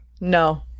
No